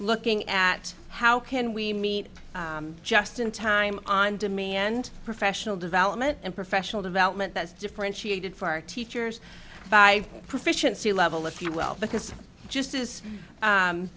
looking at how can we meet just in time on to me end professional development and professional development that's differentiated for our teachers by proficiency level if you will because just as